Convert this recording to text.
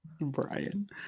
brian